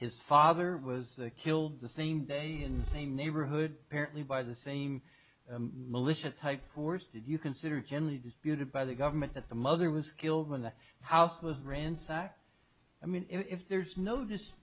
his father was killed the same day in the same neighborhood apparently by the same militia type force did you consider generally disputed by the government that the mother was killed when their house was ransacked i mean if there's no